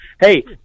Hey